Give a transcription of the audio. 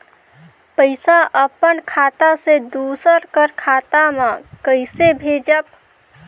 पइसा अपन खाता से दूसर कर खाता म कइसे भेजब?